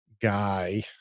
guy